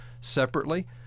separately